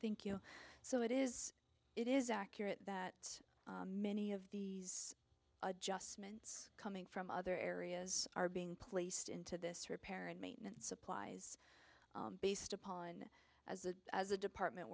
thank you so it is it is accurate that many of these adjustments coming from other areas are being placed into this repair and maintenance supplies based upon as a as a department